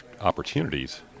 opportunities